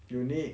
you need